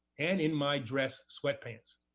and in my dress sweatpants.